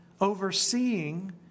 overseeing